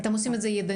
אתם עושים את זה ידנית?